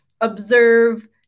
observe